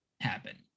happen